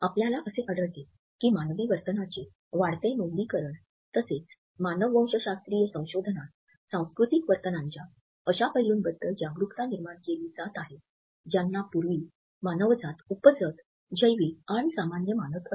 आपल्याला असे आढळते की मानवी वर्तनाचे वाढते नोंदीकरण तसेच मानववंशशास्त्रीय संशोधनात सांस्कृतिक वर्तनांच्या अश्या पैलूंबद्दल जागरूकता निर्माण केली जात आहे ज्यांना पूर्वी मानवजात उपजत जैविक आणि सामान्य मानत असे